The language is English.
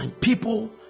people